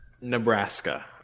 Nebraska